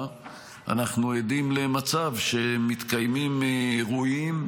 אנחנו עדים למצב שמתקיימים אירועים,